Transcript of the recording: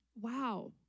Wow